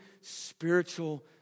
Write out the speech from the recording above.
spiritual